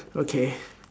okay